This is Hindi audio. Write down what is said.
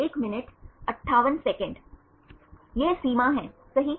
यहाँ सीमा है सही